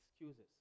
excuses